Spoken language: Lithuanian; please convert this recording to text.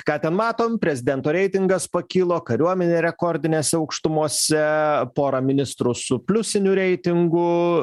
ką ten matom prezidento reitingas pakilo kariuomenė rekordinėse aukštumose porą ministrų su pliusiniu reitingu